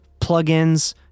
plugins